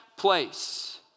place